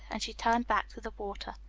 and she turned back to the water.